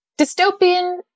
Dystopian